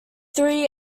three